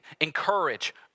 encourage